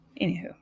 Anywho